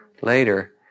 Later